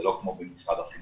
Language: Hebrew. זה לא כמו במשרד החינוך,